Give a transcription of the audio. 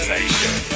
Nation